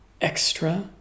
extra